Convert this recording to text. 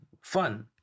fun